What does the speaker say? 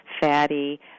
fatty